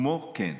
כמו כן,